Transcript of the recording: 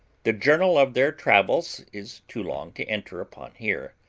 the journal of their travels is too long to enter upon here.